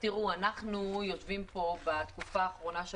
אנחנו יושבים כאן בתקופה האחרונה של